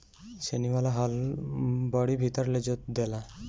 छेनी वाला हल बड़ी भीतर ले जोत देला